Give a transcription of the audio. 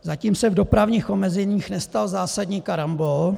Zatím se v dopravních omezeních nestal zásadní karambol.